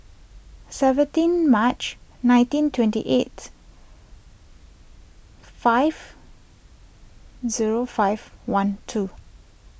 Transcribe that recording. seventeen March nineteen twenty eight five zero five one two